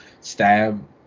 stab